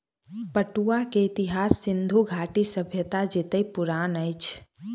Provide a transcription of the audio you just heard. पटुआ के इतिहास सिंधु घाटी सभ्यता जेतै पुरान अछि